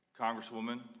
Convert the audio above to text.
congresswoman,